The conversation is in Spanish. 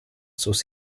sus